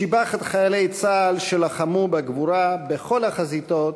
שיבח את חיילי צה"ל שלחמו בגבורה בכל החזיתות,